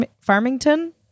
Farmington